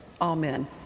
amen